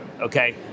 okay